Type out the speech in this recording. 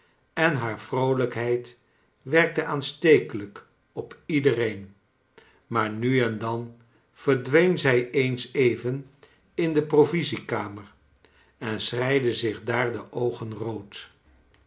en haar vroolijkheid werkte aanstekelijk op iedereen maar nu en dan verdween zij eens even in de provisiekamer en schreide zich daar de oogen rood